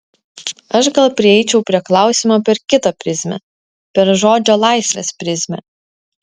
aš gal prieičiau prie klausimo per kitą prizmę per žodžio laisvės prizmę